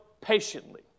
patiently